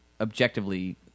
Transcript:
objectively